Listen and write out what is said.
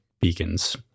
beacons